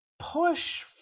push